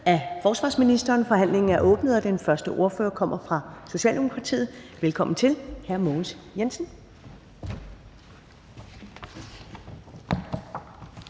(Karen Ellemann): Forhandlingen er åbnet, og den første ordfører kommer fra Socialdemokratiet. Velkommen til hr. Mogens Jensen.